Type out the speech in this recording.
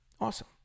Awesome